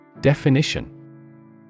Definition